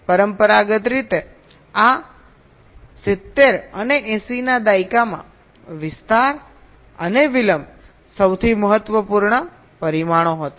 પરંપરાગત રીતે આ 70 અને 80 ના દાયકામાં વિસ્તાર અને વિલંબ સૌથી મહત્વપૂર્ણ પરિમાણો હતા